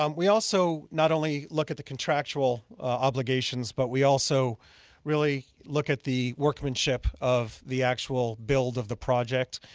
um we also not only look at the contractual obligations but we also really look at the workmanship of the actual build of the project.